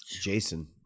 Jason